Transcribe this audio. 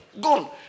Gone